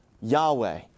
Yahweh